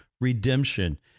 redemption